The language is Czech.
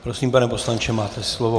Prosím, pane poslanče, máte slovo.